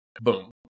boom